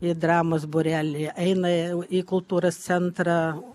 į dramos būrelį eina į kultūros centrą